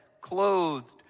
clothed